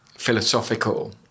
philosophical